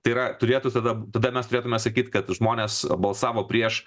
tai yra turėtų tada tada mes turėtume sakyti kad žmonės balsavo prieš